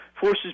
Forces